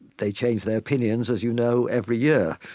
they change their opinions as you know every year.